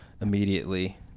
immediately